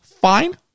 fine